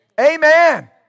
amen